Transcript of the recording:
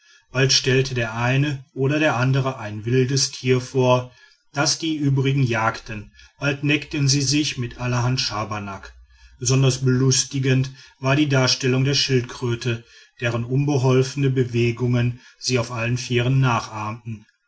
bald stellte der eine oder der andere ein wildes tier vor das die übrigen jagten bald neckten sie sich mit allerhand schabernack besonders belustigend war die darstellung der schildkröte deren unbeholfene bewegungen sie auf allen vieren nachahmten